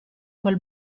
quel